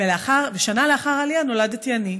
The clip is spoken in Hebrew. ושנה לאחר העלייה נולדתי אני.